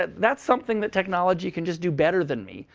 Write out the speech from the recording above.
that's something that technology can just do better than me.